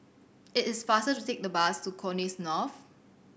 it is faster to take the bus to Connexis North